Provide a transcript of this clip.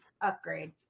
upgrade